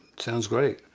sounds great.